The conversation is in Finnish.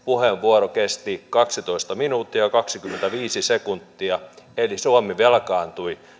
puheenvuoro kesti kaksitoista minuuttia kaksikymmentäviisi sekuntia eli suomi velkaantui